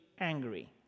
angry